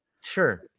Sure